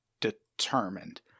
determined